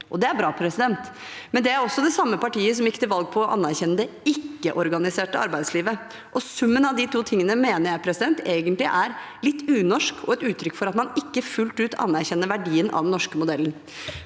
det er bra. Men det er det samme partiet som gikk til valg på å anerkjenne det ikke-organiserte arbeidslivet. Summen av de to tingene mener jeg egentlig er litt unorsk og et uttrykk for at man ikke fullt ut anerkjenner verdien av den norske modellen.